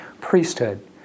priesthood